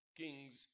kings